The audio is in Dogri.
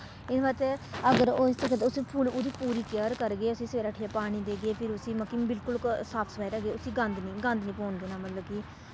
एह्दे बाद च अगर होई सकै ते उस्सी फुल्ल ओह्दी पूरी केयर करगे उस्सी सवेरै उट्ठियै पानी देगे फ्हिर उस्सी मतलब कि बिल्कुल साफ सफाई रखगे उस्सी गंद निं गंद निं पौन देना मतलब कि